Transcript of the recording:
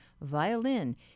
violin